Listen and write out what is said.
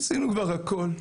עשינו כבר הכול.